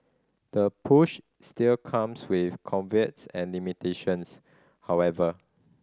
the push still comes with caveats and limitations however